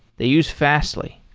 they use fastly.